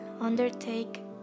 undertake